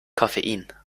koffein